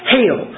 Hail